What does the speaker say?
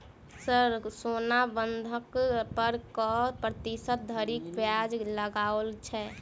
Sir सोना बंधक पर कऽ प्रतिशत धरि ब्याज लगाओल छैय?